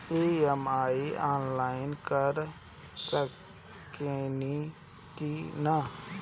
EMI online कर सकेनी की ना?